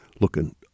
looking